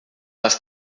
les